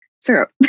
syrup